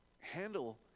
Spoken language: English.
Handle